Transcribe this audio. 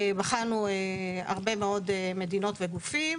בחנו הרבה מאוד מדינות וגופים.